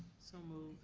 so moved.